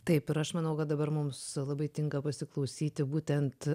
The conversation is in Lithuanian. taip ir aš manau kad dabar mums labai tinka pasiklausyti būtent